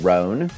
Roan